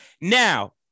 Now